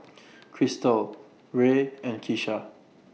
Cristal Ray and Kisha